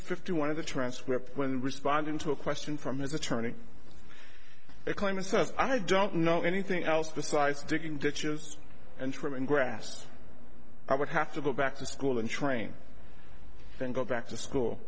fifty one of the transcript when responding to a question from his attorney a claim says i don't know anything else besides digging ditches and trimming grass i would have to go back to school and train then go back to school